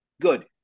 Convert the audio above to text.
Good